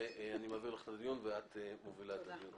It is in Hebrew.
אני מעביר לך את הדיון ואת מובילה את הדיון,